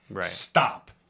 Stop